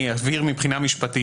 אני אבהיר מבחינה משפטית.